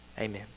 amen